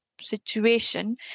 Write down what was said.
situation